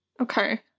Okay